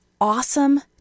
awesome